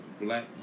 black